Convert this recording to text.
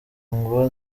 ngo